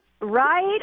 right